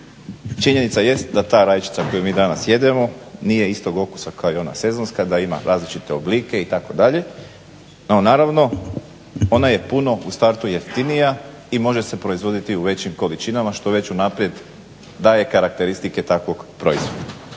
Činjenica jest da ta rajčica koju mi danas jedemo nije istog okusa kao i ona sezonska, da ima različite oblike itd. No naravno ona je puno u startu jeftinija i može se proizvoditi u većim količinama što već unaprijed daje karakteristike takvog proizvoda.